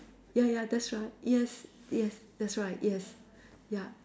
ya ya that's right yes yes that's right yes ya